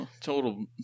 total